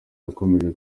yakomeje